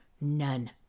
None